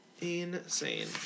insane